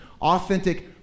authentic